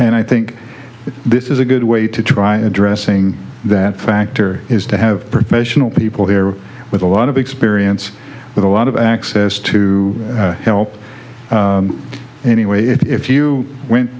and i think this is a good way to try addressing that factor is to have professional people there with a lot of experience with a lot of access to help anyway if you went